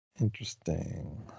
interesting